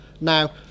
Now